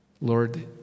Lord